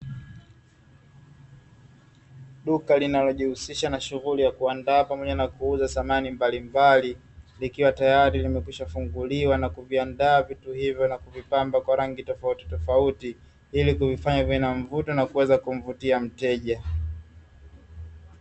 Duka linalojihusisha na shughuli ya kuandaa pamoja na kuuza samani mbalimbali, likiwa tayari limekwisha funguliwa na kuviandaa vitu hivyo na kuvipanga kwa rangi tofauti tofauti, ili kuvifanya viwe na mvuto na kumvutia mteja,